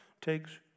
takes